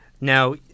Now